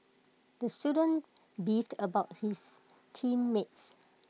the student beefed about his team mates